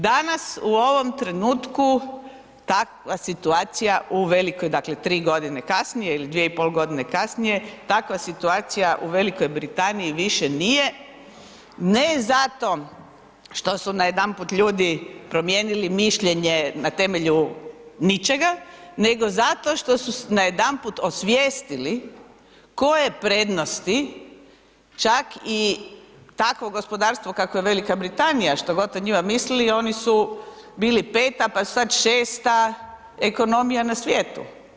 Danas u ovom trenutku takva situaciju u Velikoj, dakle 3 g. kasnije ili 2,5 g. kasnije, takva situacija u Velikoj Britaniji više nije ne zato što su najedanput ljudi promijenili mišljenje na temelju ničega, nego zato što su najedanput osvijestili koje prednosti čak i takvo gospodarstvo kakvo je Velika Britanija što god o njima mislili, oni su bili 5. pa su sad 6. ekonomija na svijetu.